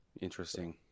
interesting